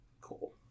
Cool